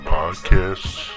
podcasts